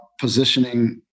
positioning